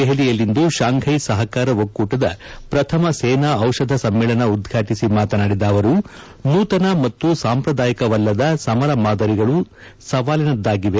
ದೆಹಲಿಯಲ್ಲಿಂದು ಶಾಂಘೈ ಸಹಕಾರ ಒಕ್ಕೂಟದ ಪ್ರಥಮ ಸೇನಾ ಔಷಧ ಸಮ್ಮೇಳನ ಉದ್ಘಾಟಿಸಿ ಮಾತನಾದಿದ ಅವರು ನೂತನ ಮತ್ತು ಸಾಂಪ್ರದಾಯಿಕವಲ್ಲದ ಸಮರ ಮಾದರಿಗಳು ಸವಾಲಿನದ್ದಾಗಿವೆ